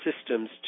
systems